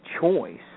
choice